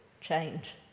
change